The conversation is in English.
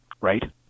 Right